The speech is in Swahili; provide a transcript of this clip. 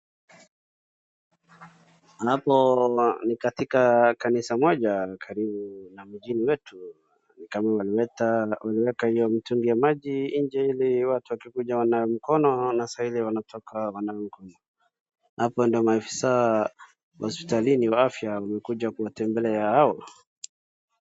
Hapo ni katika kanisa moja karibu na mijini wetu. Ni kama walileta kuliweka hiyo mitungi ya maji nje ili watu wakikuja wanawe mkono na saa hili wanatoka wanawe mkono. Hapo ndio maofisa hospitalini wa afya wamekuja kuwatembelea hao.